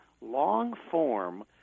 long-form